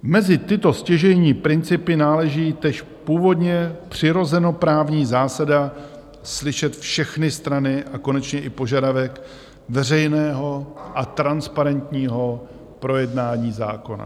Mezi tyto stěžejní principy náleží též původně přirozenoprávní zásada slyšet všechny strany, a konečně i požadavek veřejného a transparentního projednání zákona.